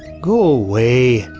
go away.